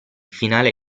finale